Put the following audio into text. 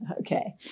Okay